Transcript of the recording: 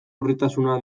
urritasuna